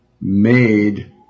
made